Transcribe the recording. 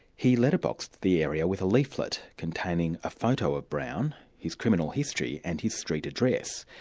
he letterboxed the area with a leaflet, containing a photo of brown, his criminal history and his street address.